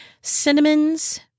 Cinnamons